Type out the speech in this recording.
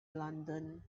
london